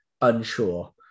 unsure